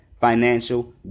financial